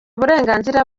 uburenganzira